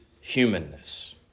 humanness